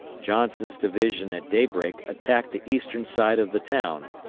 johnson's division at daybreak attacked the eastern side of the town,